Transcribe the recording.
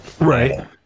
Right